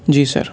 جی سر